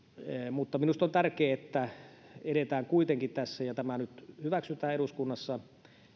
mutta minusta on tärkeää että edetään kuitenkin tässä ja tämä nyt hyväksytään eduskunnassa